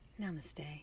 Namaste